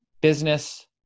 business